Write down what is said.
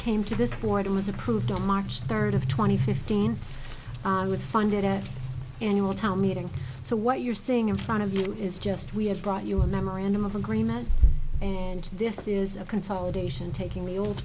came to this board it was approved on march third of twenty fifteen was funded at annual town meeting so what you're saying in front of you is just we have brought you a memorandum of agreement and this is a consolidation taking